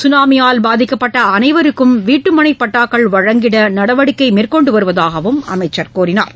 சுனாமியால் பாதிக்கப்பட்ட அனைவருக்கும் வீட்டுமனைப் பட்டாக்கள் வழங்கிட நடவடிக்கை மேற்கொண்டு வருவதாகவும் அமைச்சர் குறிப்பிட்டார்